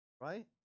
Right